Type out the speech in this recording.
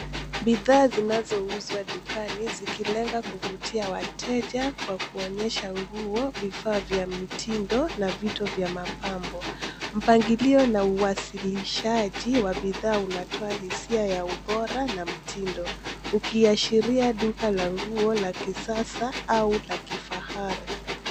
Bidhaa zinazouzwa dukani zikilenga kuvutia wateja kwa kuonyesha nguo, vifaa vya mitindo na vitu vya mapambo. Mpangilio na uwasilishaji wa bidhaa unatoa hisia ya ubora na mtindo, ukiashiria duka la nguo la kisasa au la kifahari.